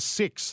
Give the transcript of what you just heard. six